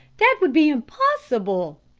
that would be impossible.